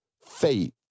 faith